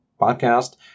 Podcast